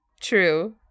True